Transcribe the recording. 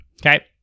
okay